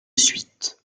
suite